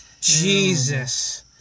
Jesus